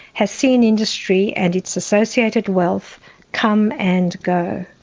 has seen industry and its associated wealth come and go.